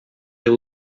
they